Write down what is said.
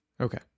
Okay